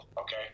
okay